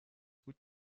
would